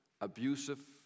abusive